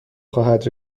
خواهد